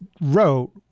wrote